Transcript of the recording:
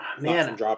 Man